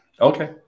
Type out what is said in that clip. Okay